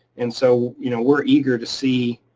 and so you know we're eager to see.